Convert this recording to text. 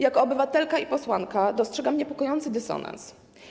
Jako obywatelka i posłanka dostrzegam niepokojący dysonans.